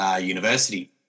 University